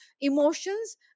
emotions